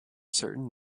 certain